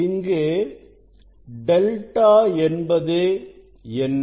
இங்கு டெல்டா என்பது என்ன